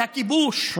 של הכיבוש,